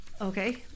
okay